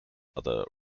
other